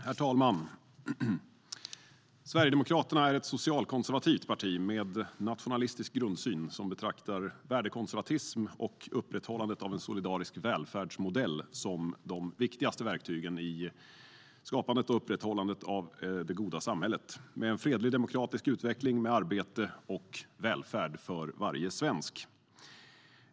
Herr talman! Sverigedemokraterna är ett socialkonservativt parti med nationalistisk grundsyn som betraktar värdekonservatism och upprätthållandet av en solidarisk välfärdsmodell som de viktigaste verktygen i skapandet och upprätthållandet av det goda samhället, med en fredlig och demokratisk utveckling, med arbete och välfärd för varje svensk.